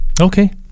Okay